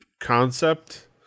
Concept